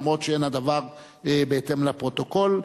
למרות שאין הדבר בהתאם לפרוטוקול.